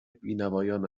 بینوایان